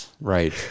Right